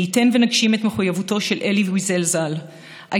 מי ייתן ונגשים את מחויבותו של אלי ויזל ז"ל: "I